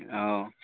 অঁ